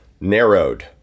narrowed